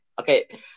Okay